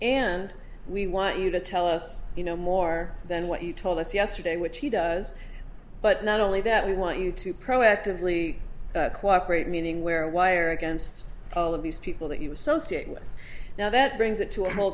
and we want you to tell us you know more than what you told us yesterday which he does but not only that we want you to proactively cooperate meaning wear a wire against all of these people that you associate with now that brings it to a whole